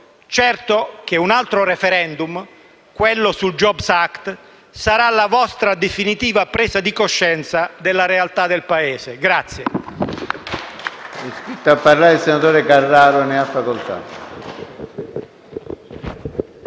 certo che un altro *referendum*, quello sul *jobs act*, sarà la vostra definitiva presa di coscienza della realtà del Paese.